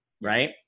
Right